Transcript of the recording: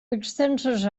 extenses